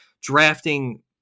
drafting